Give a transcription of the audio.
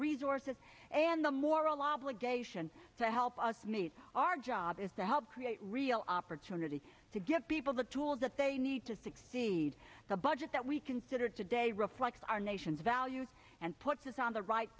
resources and the moral obligation to help us meet our job is to help create real opportunity to give people the tools that they need to succeed the budget that we considered today reflects our nation's values and puts us on the right